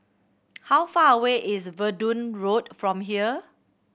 how far away is Verdun Road from here